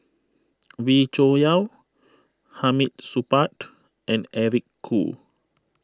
Wee Cho Yaw Hamid Supaat and Eric Khoo